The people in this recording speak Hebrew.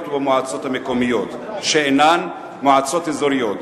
ובמועצות המקומיות שאינן מועצות אזוריות,